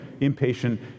impatient